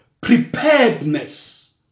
preparedness